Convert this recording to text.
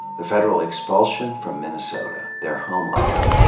the federal expulsion from minnesota, their homeland,